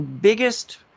biggest